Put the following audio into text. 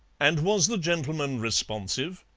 and was the gentleman responsive?